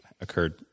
occurred